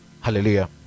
Hallelujah